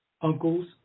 uncles